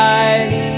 eyes